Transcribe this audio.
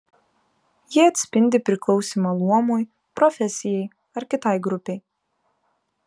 jie atspindi priklausymą luomui profesijai ar kitai grupei